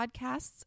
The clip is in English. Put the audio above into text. podcasts